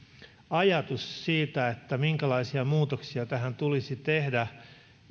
ajatus siitä minkälaisia muutoksia tähän tulisi tehdä